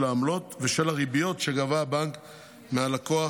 העמלות ושל הריביות שגבה הבנק מהלקוח